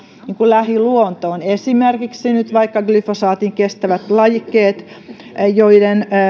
lähiluontoon esimerkiksi nyt vaikka sitä miten glyfosaatin kestävät lajikkeet joiden